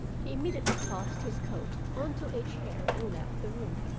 he immediately tossed his coat onto a chair and left the room.